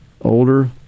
older